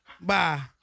Bye